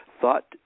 thought